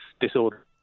disorder